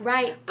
Right